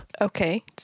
okay